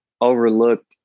overlooked